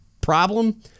problem